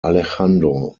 alejandro